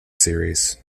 series